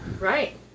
Right